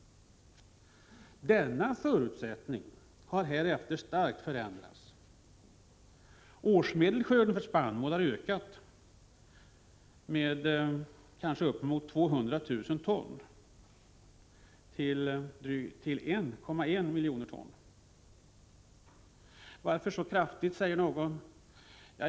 Denna förutsättning har därefter starkt förändrats. Årsmedelskörden för spannmål har ökat med kanske uppemot 200 000 ton till 1,1 miljoner ton. Varför så kraftigt? frågar någon.